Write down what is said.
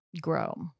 grow